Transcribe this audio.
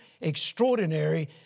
extraordinary